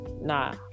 nah